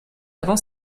avant